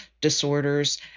disorders